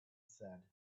said